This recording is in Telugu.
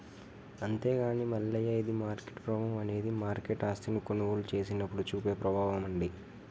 అంతేగాని మల్లయ్య ఇది మార్కెట్ ప్రభావం అనేది మార్కెట్ ఆస్తిని కొనుగోలు చేసినప్పుడు చూపే ప్రభావం అండి